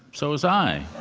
so was i.